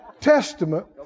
Testament